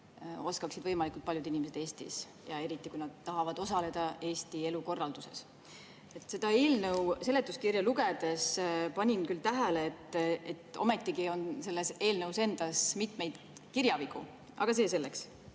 oskaksid võimalikult paljud inimesed Eestis, ja eriti, kui nad tahavad osaleda Eesti elukorralduses. Selle eelnõu seletuskirja lugedes panin küll tähele, et selles on mitmeid kirjavigu. Aga see selleks,